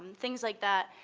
and things like that.